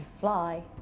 fly